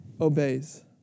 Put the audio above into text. obeys